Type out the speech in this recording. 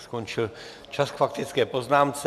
Skončil čas k faktické poznámce.